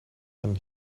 and